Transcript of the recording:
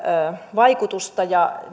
vaikutuksesta ja